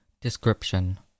Description